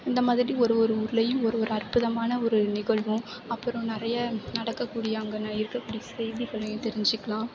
இந்த மாதிரி ஒரு ஒரு ஊர்லேயும் ஒரு ஒரு அற்புதமான ஒரு நிகழ்வும் அப்புறம் நிறைய நடக்க கூடிய அங்கே இருக்கக்கூடிய செய்திகளையும் தெரிஞ்சுக்குலாம்